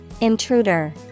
Intruder